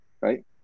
right